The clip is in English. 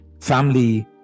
family